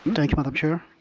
thank you, madam chair.